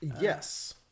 Yes